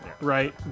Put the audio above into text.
Right